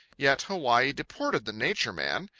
yet hawaii deported the nature man.